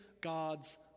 God's